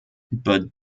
but